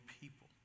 people